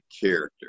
character